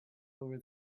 over